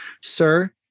Sir